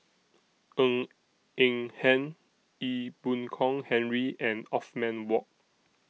Ng Eng Hen Ee Boon Kong Henry and Othman Wok